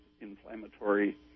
inflammatory